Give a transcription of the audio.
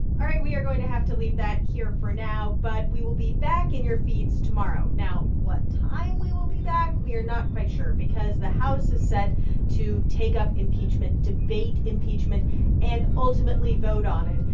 all right. we are going to have to leave that here for now, but we will be back in your feeds tomorrow. now, what time we will be back, we are not quite sure because the house is set to take up impeachment, debate impeachment and ultimately vote on it.